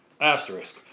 Asterisk